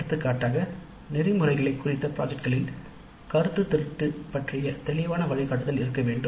எடுத்துக்காட்டாக நெறிமுறைகளை குறித்த ப்ராஜெக்ட் களில் கருத்துத் திருட்டு பற்றிய தெளிவான வழிகாட்டுதல் இருக்கவேண்டும்